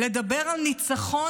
לדבר על ניצחון,